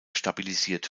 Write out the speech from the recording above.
stabilisiert